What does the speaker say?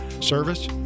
service